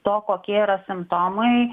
to kokie yra simptomai